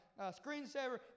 screensaver